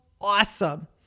awesome